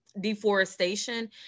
deforestation